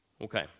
Okay